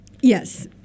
Yes